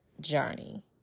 journey